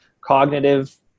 cognitive